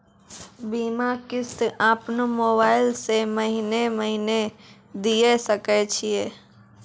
बीमा किस्त अपनो मोबाइल से महीने महीने दिए सकय छियै?